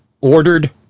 ordered